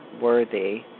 worthy